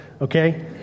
okay